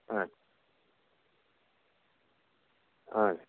ಹಾಂ ಹಾಂ